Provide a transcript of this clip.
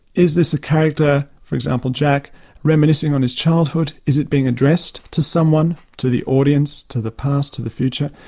is this a character for example jack reminiscing on his childhood? is it being addressed to someone, to the audience, to the past, to the future?